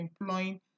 employing